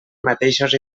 mateixos